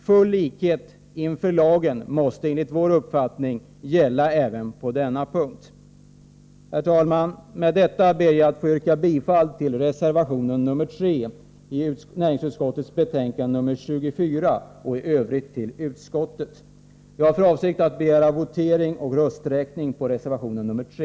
Full likhet inför lagen måste enligt vår uppfattning gälla även på denna punkt. Herr talman! Med detta ber jag att få yrka bifall till reservation 3 i näringsutskottets betänkande 24 och i övrigt till utskottets hemställan. Jag har för avsikt att begära votering och rösträkning på reservation 3.